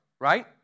right